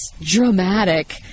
dramatic